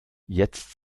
jetzt